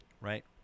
right